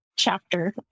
Chapter